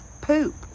poop